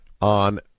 on